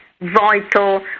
vital